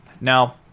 Now